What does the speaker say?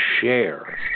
share